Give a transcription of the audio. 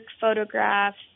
photographs